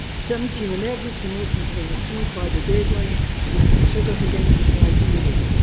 seventeen emergency motions were received by the deadline and considered against the criteria.